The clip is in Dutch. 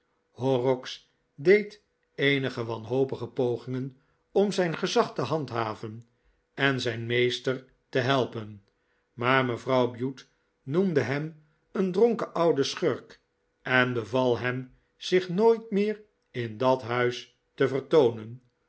horrocks deed eenige wanhopige pogingen om zijn gczag te handhaven en zijn meester te helpen maar mevrouw bute noemde hem een dronken ouden schurk en beval hem zich nooit meer in dat huis te vertoonen